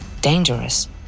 Dangerous